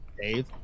Dave